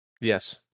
Yes